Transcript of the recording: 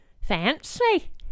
Fancy